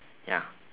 ya